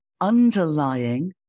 underlying